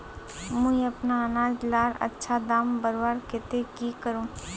मुई अपना अनाज लार अच्छा दाम बढ़वार केते की करूम?